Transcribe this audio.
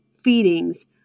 feedings